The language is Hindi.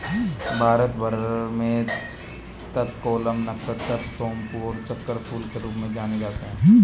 भारत भर में तककोलम, नक्षत्र सोमपू और चक्रफूल के रूप में जाना जाता है